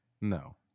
no